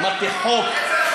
אמרתי: חוק.